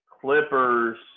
Clippers